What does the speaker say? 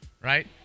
Right